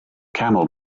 camel